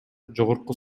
жогорку